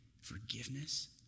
Forgiveness